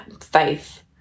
faith